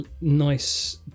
nice